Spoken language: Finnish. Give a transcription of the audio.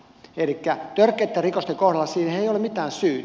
elikkä törkeitten rikosten kohdalla siihen ei ole mitään syytä